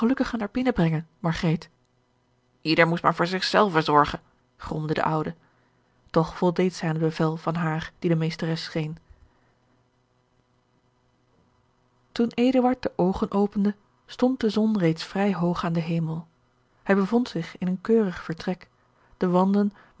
naar binnen brengen margreet ieder moest maar voor zichzelven zorgen gromde de oude toch voldeed zij aan het bevel van haar die de meesteres scheen toen eduard de oogen opende stond de zon reeds vrij hoog aan den hemel hij bevond zich in een keurig vertrek de wanden